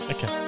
Okay